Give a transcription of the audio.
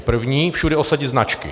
První, všude osadit značky.